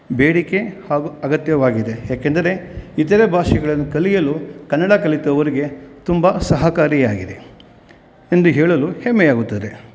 ಬೇಡಿಕೆ ಹಾಗೂ ಅಗತ್ಯವಾಗಿದೆ ಯಾಕೆಂದರೆ ಇತರೆ ಭಾಷೆಗಳನ್ನು ಕಲಿಯಲು ಕನ್ನಡ ಕಲಿತವರಿಗೆ ತುಂಬ ಸಹಕಾರಿಯಾಗಿದೆ ಎಂದು ಹೇಳಲು ಹೆಮ್ಮೆಯಾಗುತ್ತದೆ